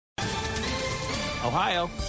Ohio